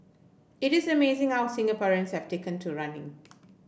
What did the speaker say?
it is amazing how Singaporeans have taken to running